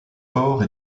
porcs